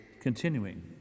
continuing